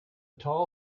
tall